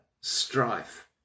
strife